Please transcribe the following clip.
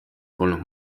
polnud